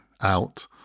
out